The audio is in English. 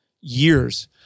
years